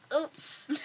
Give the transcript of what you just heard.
oops